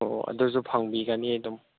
ꯑꯣ ꯑꯗꯨꯁꯨ ꯐꯪꯕꯤꯒꯅꯤ ꯑꯗꯨꯝ